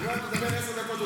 הוא אומר לך לדבר עשר דקות,